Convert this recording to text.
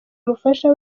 umufasha